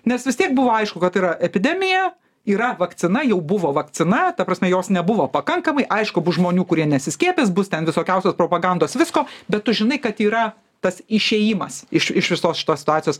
nes vis tiek buvo aišku kad yra epidemija yra vakcina jau buvo vakcina ta prasme jos nebuvo pakankamai aišku bus žmonių kurie nesiskiepys bus ten visokiausios propagandos visko bet tu žinai kad yra tas išėjimas iš iš visos šitos situacijos